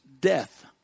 death